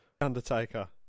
Undertaker